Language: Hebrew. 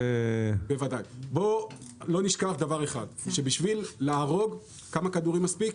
בוא לא נשכח דבר אחד, שבשביל להרוג מספיק